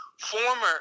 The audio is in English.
former